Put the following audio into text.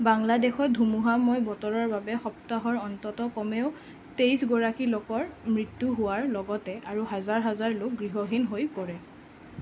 বাংলাদেশত ধুমুহাময় বতৰৰ বাবে সপ্তাহৰ অন্তত কমেও তেইছ গৰাকী লোকৰ মৃত্যু হোৱাৰ লগতে আৰু হাজাৰ হাজাৰ লোক গৃহহীন হৈ পৰে